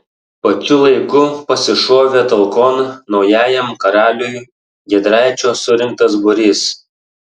pačiu laiku pasišovė talkon naujajam karaliui giedraičio surinktas būrys